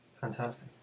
Fantastic